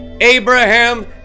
Abraham